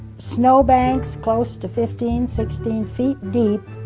snowbanks close to fifteen, sixteen feet deep,